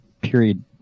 period